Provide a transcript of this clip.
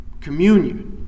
communion